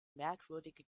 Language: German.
merkwürdige